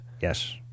Yes